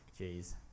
Jeez